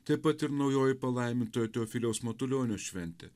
taip pat ir naujoji palaimintojo teofiliaus matulionio šventė